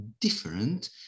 different